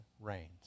reigns